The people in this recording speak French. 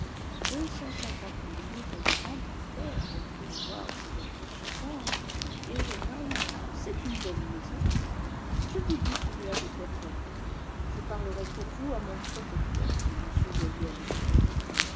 cent cinquante mille livres de rentes en terres reprit edwards en réfléchissant et jeune homme c'est une bonne maison je vous dis qu'il y a de quoi faire je parlerai pour vous à mon protecteur dit m boyer avec ironie